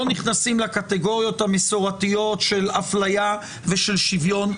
נכנסים לקטגוריות המסורתיות של אפליה ושל שוויון.